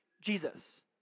Jesus